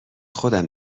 خودم